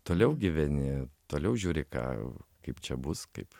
toliau gyveni toliau žiūri ką kaip čia bus kaip